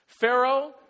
Pharaoh